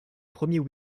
premier